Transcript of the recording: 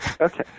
Okay